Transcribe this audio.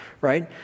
Right